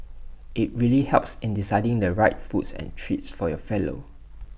IT really helps in deciding the right foods and treats for your fellow